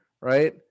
right